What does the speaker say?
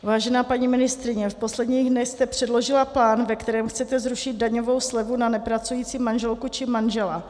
Vážená paní ministryně, v posledních dnech jste předložila plán, ve kterém chcete zrušit daňovou slevu na nepracující manželku či manžela.